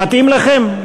מתאים לכם?